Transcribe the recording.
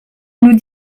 nous